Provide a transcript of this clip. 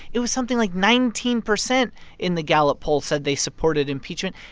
it was something like nineteen percent in the gallup poll said they supported impeachment.